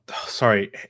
Sorry